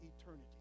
eternity